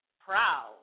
proud